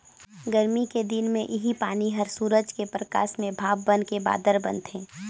गरमी के दिन मे इहीं पानी हर सूरज के परकास में भाप बनके बादर बनथे